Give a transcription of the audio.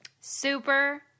Super